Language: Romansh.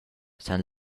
san